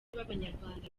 b’abanyarwanda